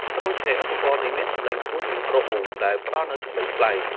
ទ្រឆេ ឧបករណ៍នេះមានសំឡេងខ្ពស់ជាងទ្រអ៊ូ ដែលផ្តល់នូវសម្លេងប្លែក។